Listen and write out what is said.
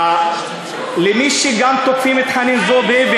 למי שתוקפים את חנין זועבי,